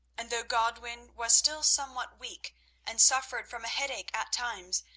and though godwin was still somewhat weak and suffered from a headache at times,